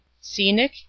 Scenic